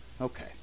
Okay